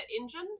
engine